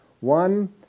One